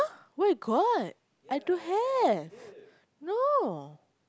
where got I don't have no